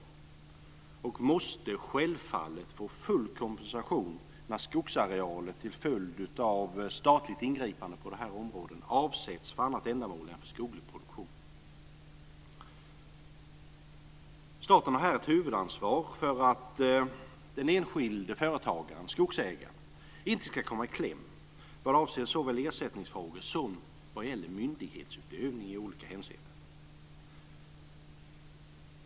Skogsägaren måste självfallet få full kompensation när skogsarealen till följd av statligt ingripande avsätts för annat ändamål än för skoglig produktion. Staten har här ett huvudansvar för att den enskilde företagaren, skogsägaren, inte ska komma i kläm vad avser såväl ersättningsfrågor som vad gäller myndighetsutövning i olika hänseenden.